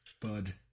bud